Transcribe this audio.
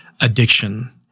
addiction